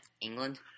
England